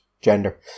gender